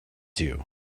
you